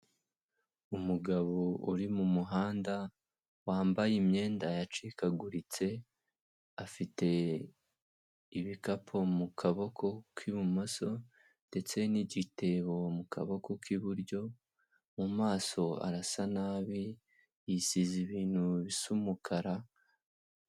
Umugabo uri mu muhanda wambaye imyenda yacikaguritse, afite ibikapu mu kaboko k'ibumoso ndetse n'igitebo mu kaboko k'iburyo, mu maso arasa nabi yisize ibintu bisa umukara.